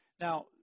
Now